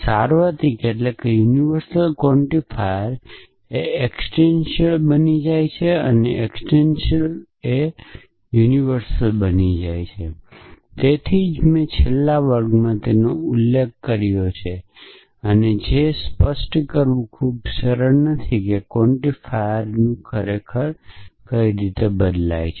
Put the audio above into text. સાર્વત્રિક quantifier existential બની જાય છે અને એકસીટેંટીયલ સાર્વત્રિક બની જાય છે તેથી જ મેં છેલ્લા વર્ગમાં તેનો ઉલ્લેખ કર્યો છે તેથી તે સ્પષ્ટ કરવું ખૂબ જ સરળ નથી કે ક્વોન્ટિફાયરનું ખરેખર શું છે